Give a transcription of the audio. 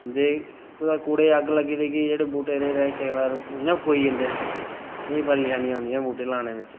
दे कुतै कूड़े गी अग्ग लग्गी ते गेईं ते जेह्ड़े बूहटे ओह् ते केईं बार इ'यां फकोई जंदे एह् परेशानियां औंदियां बूह्टे लाने बिच